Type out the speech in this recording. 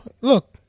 look